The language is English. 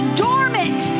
dormant